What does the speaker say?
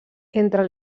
entren